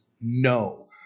no